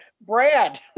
Brad